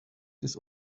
des